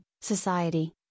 Society